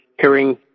hearing